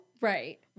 right